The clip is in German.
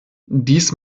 dies